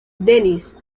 denis